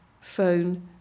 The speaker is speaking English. phone